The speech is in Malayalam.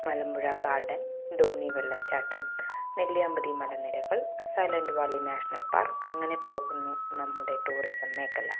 മലമ്പുഴ ഗാർഡൻ ധോണി വെള്ളച്ചാട്ടം നെല്ലിയാമ്പതി മലനിരകൾ സൈലന്റ് വാലി നാഷണൽ പാർക്ക് അങ്ങനെ പോകുന്നു നമ്മുടെ ടൂറിസം മേഖല